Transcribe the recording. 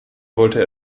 wollte